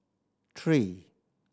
three